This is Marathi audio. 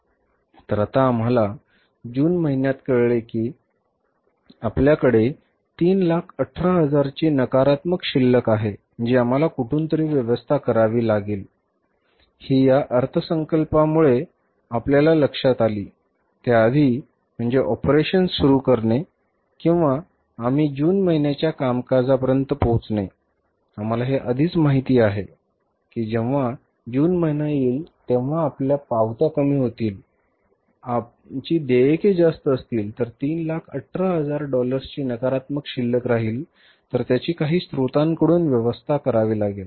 तर आता आम्हाला जून महिन्यात कळले की आपल्याकडे 318000 ची नकारात्मक शिल्लक आहे जी आम्हाला कुठूनतरी व्यवस्था करावी लागेल ही या अर्थसंकल्पामुळे आपल्याला लक्षात आली त्या आधी म्हणजे ऑपरेशन्स सुरू करणे किंवा आम्ही जून महिन्याच्या कामकाजापर्यंत पोचणे आम्हाला हे आधीच माहित आहे की जेव्हा जून महिना येईल तेव्हा आपल्या पावत्या कमी होतील आमची देयके जास्त असतील तर 318000 डॉलर्सचे नकारात्मक शिल्लक राहील व त्याची काही स्त्रोताकडून व्यवस्था करावी लागेल